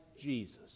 Jesus